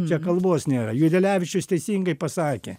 čia kalbos nėra judelevičius teisingai pasakė